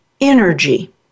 energy